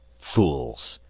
fools!